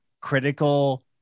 critical